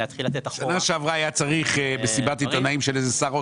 בשנה שעברה היה צריך מסיבת עיתונאים של שר אוצר,